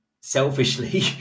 selfishly